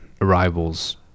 arrivals